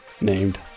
named